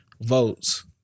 votes